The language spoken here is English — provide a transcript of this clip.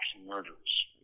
Murders